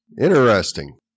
Interesting